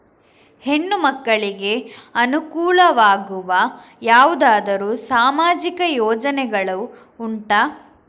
ಹೆಣ್ಣು ಮಕ್ಕಳಿಗೆ ಅನುಕೂಲವಾಗುವ ಯಾವುದಾದರೂ ಸಾಮಾಜಿಕ ಯೋಜನೆಗಳು ಉಂಟಾ?